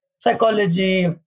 psychology